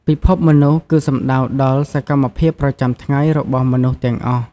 ពិភពមនុស្សគឺសំដៅដល់សកម្មភាពប្រចាំថ្ងៃរបស់មនុស្សទាំងអស់។